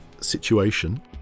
situation